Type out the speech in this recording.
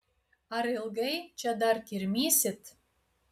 ar ilgai čia dar kirmysit